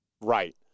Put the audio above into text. Right